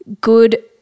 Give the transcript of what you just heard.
good